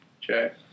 check